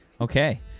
Okay